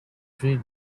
three